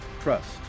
Trust